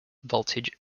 voltage